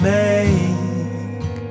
make